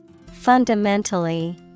Fundamentally